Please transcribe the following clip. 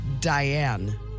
Diane